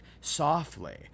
softly